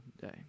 day